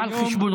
לא על חשבונך,